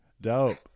dope